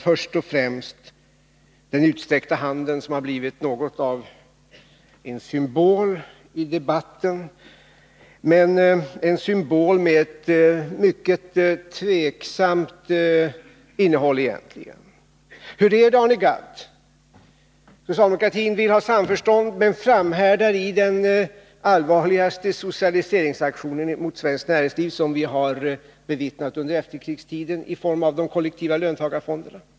Först och främst den utsträckta handen, som blivit något av en symbol i debatten, men en symbol som egentligen har ett mycket tvivelaktigt innehåll. Hur är det, Arne Gadd? Socialdemokraterna vill ha samförstånd men framhärdar i den allvarligaste socialiseringsaktion mot Sveriges ekonomi som vi har bevittnat under efterkrigstiden — i form av de kollektiva löntagarfonderna.